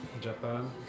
Japan